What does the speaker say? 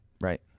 Right